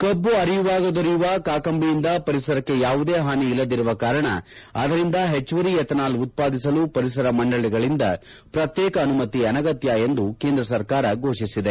ಕಬ್ಬು ಅರೆಯುವಾಗ ದೊರೆಯುವ ಕಾಕಂಬಿಯಿಂದ ಪರಿಸರಕ್ಕೆ ಯಾವುದೇ ಹಾನಿ ಇಲ್ಲದಿರುವ ಕಾರಣ ಅದರಿಂದ ಹೆಚ್ಚುವರಿ ಎಥನಾಲ್ ಉತ್ಸಾದಿಸಲು ಪರಿಸರ ಮಂಡಳಿಗಳಿಂದ ಪ್ರತ್ನೇಕ ಅನುಮತಿ ಅನಗತ್ಯ ಎಂದು ಕೇಂದ್ರ ಸರ್ಕಾರ ಫೋಷಿಸಿದೆ